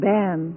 Ben